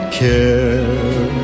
care